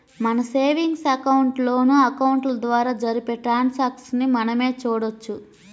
మన savings account, loan అకౌంట్ల ద్వారా జరిపే ట్రాన్సాక్షన్స్ ని మనమే చూడొచ్చు